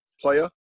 player